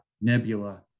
Nebula